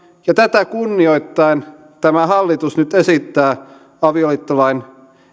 ja tätä kunnioittaen tämä hallitus nyt esittää avioliittolain